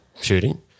shooting